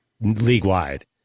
league-wide